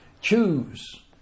Choose